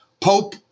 Pope